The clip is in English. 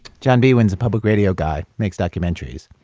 john biewen's a public radio guy, makes documentaries.